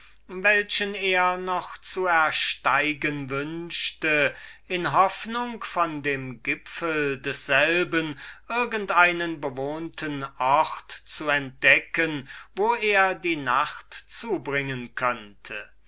welchen er noch zu ersteigen wünschte in hoffnung von dem gipfel desselben irgend einen bewohnten ort zu entdecken wo er die nacht zubringen könnte